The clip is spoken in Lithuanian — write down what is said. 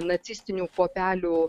nacistinių kuopelių